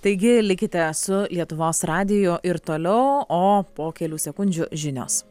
taigi likite su lietuvos radiju ir toliau o po kelių sekundžių žinios